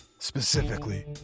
specifically